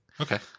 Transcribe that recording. okay